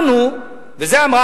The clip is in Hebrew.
ועל זה אמרה